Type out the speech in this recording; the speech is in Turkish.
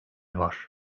var